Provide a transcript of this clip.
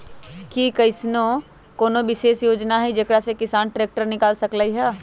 कि अईसन कोनो विशेष योजना हई जेकरा से किसान ट्रैक्टर निकाल सकलई ह?